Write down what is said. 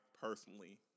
personally